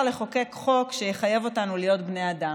לחוקק חוק שיחייב אותנו להיות בני אדם.